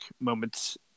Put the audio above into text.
moments